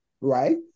right